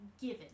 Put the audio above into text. given